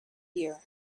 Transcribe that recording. year